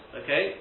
okay